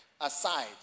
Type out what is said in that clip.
aside